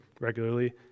regularly